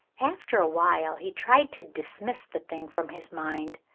after a while he tried to dismiss the thing from his mind,